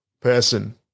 person